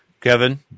Kevin